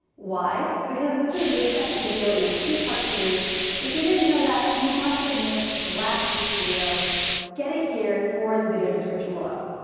why? because this is the second video in a two-part series if you didn't know that you must have missed last week's video get it here or in the video description below.